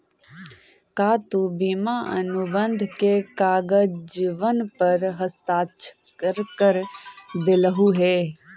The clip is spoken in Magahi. का तु बीमा अनुबंध के कागजबन पर हस्ताक्षरकर देलहुं हे?